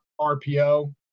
RPO